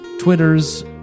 Twitters